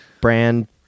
brand